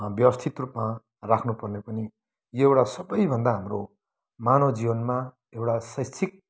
व्यवस्थित रुपमा राख्नु पर्ने पनि यो एउटा सबैभन्दा हाम्रो मानव जीवनमा एउटा शैक्षिक